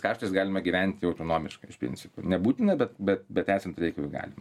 kaštais galime gyventi autonomiškai iš principo nebūtina bet bet bet esant reikalui galim